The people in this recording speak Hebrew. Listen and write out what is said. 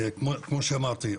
כמו שאמרתי,